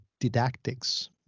didactics